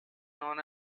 known